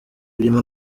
birimo